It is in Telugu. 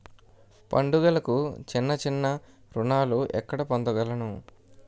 పండుగలకు చిన్న చిన్న రుణాలు ఎక్కడ పొందగలను?